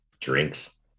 drinks